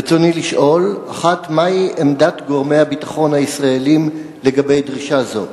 רצוני לשאול: 1. מה היא עמדת גורמי הביטחון הישראליים לגבי דרישה זו?